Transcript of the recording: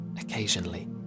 Occasionally